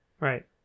Right